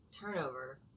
turnover